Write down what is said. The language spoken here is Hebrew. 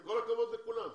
עם כל הכבוד לכולם.